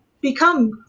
become